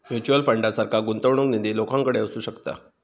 mutual फंडासारखा गुंतवणूक निधी लोकांकडे असू शकता